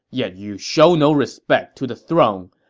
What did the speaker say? yet you show no respect to the throne.